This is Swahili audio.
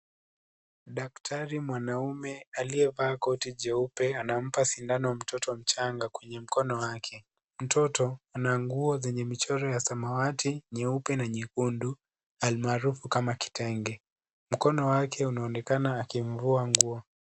Daktari mwanaume aliyevaa koti jeupe anampa sindano mtoto mchanga kwenye mkono wake mtoto ana nguo zenye mchoro wa samawati , nyeupe na nyekundu almarufu kama kitenge mkono wake unaonekana akimvua nguo.